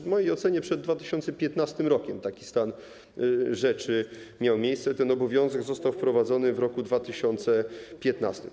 W mojej ocenie przed 2015 r. taki stan rzeczy miał miejsce, ten obowiązek został wprowadzony w roku 2015.